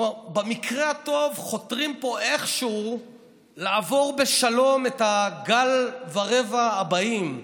במקרה הטוב חותרים פה איכשהו לעבור בשלום את הגל ורבע הבאים.